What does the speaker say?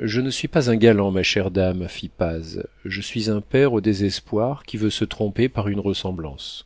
je ne suis pas un galant ma chère dame fit paz je suis un père au désespoir qui veut se tromper par une ressemblance